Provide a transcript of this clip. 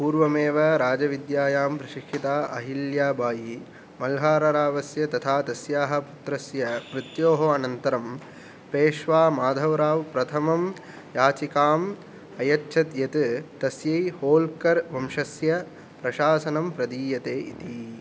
पूर्वमेव राजविद्यायां प्रशिक्षिता अहिल्या बायी मल्हाररावस्य तथा तस्याः पुत्रस्य मृत्योः अनन्तरं पेश्वा माधवराव् प्रथमं याचिकाम् अयच्छत् यत् तस्यै होळ्कर् वंशस्य प्रशासनं प्रदीयते इति